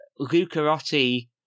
Lucarotti